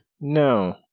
No